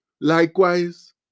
likewise